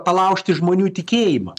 palaužti žmonių tikėjimą